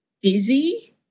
busy